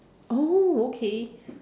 oh okay